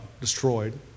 destroyed